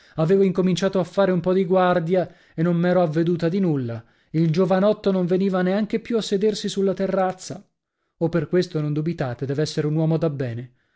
avevo incominciato a fare un po di guardia e non m'ero avveduta di nulla il giovanotto non veniva neanche più a sedersi sulla terrazza oh per questo non dubitate dev'essere un uomo dabbene